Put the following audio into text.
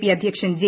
P അധ്യക്ഷൻ J